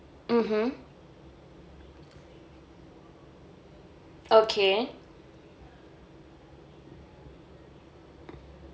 mmhmm okay